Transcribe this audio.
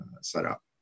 setup